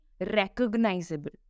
recognizable